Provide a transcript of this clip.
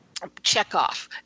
checkoff